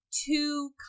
Two